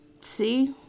see